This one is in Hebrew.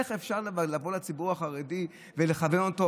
איך אפשר לבוא לציבור החרדי ולכוון אותו